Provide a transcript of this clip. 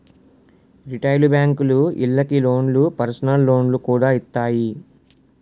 retail బేంకులు ఇళ్ళకి లోన్లు, పర్సనల్ లోన్లు కూడా ఇత్తాయి